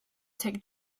take